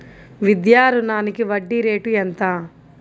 విద్యా రుణానికి వడ్డీ రేటు ఎంత?